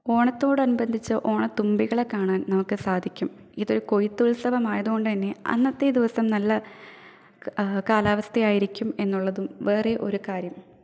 ഓണത്തോടനുബന്ധിച്ച് ഓണത്തുമ്പികളെ കാണാൻ നമുക്ക് സാധിക്കും ഇതൊരു കൊയ്ത്തുത്സവം ആയതുകൊണ്ട് തന്നെ അന്നത്തെ ദിവസം നല്ല കാലാവസ്ഥയായിരിക്കും എന്നുള്ളതും വേറെ ഒരു കാര്യം